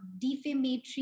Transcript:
defamatory